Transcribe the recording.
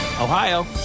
Ohio